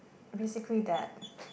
basically that